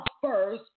first